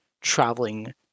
traveling